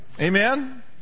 Amen